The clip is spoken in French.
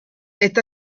est